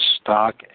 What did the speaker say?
stock